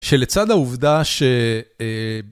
שלצד העובדה ש... אה...